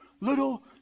little